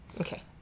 okay